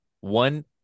one